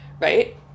right